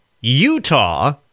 Utah